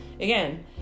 again